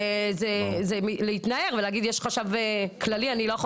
זה להתנער ולהגיד "יש חשב כללי ואני לא יכול